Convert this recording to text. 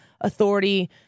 authority